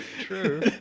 True